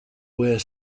where